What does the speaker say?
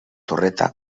torreta